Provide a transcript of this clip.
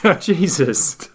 Jesus